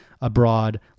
abroad